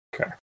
Okay